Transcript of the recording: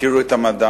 מכיר את המדע,